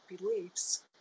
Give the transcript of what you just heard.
Beliefs